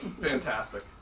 Fantastic